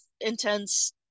intense